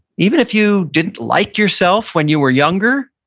even if you didn't like yourself when you were younger,